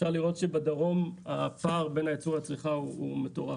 אפשר לראות שבדרום הפער בין הייצור לצריכה הוא מטורף,